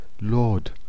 Lord